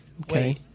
Okay